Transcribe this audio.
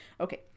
Okay